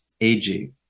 AG